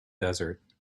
desert